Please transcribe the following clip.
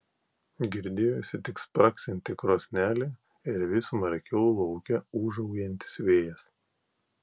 girdėjosi tik spragsinti krosnelė ir vis smarkiau lauke ūžaujantis vėjas